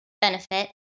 benefit